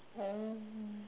oh